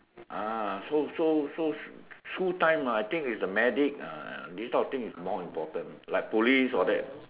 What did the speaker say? ah so so so school time ah I think is the medic uh uh this type of thing is more important like police all that